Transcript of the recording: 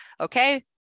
okay